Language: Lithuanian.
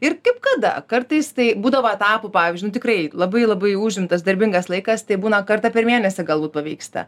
ir kaip kada kartais tai būdavo etapų pavyzdžiui nu tikrai labai labai užimtas darbingas laikas tai būna kartą per mėnesį galbūt pavyksta